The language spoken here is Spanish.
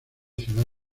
ciudad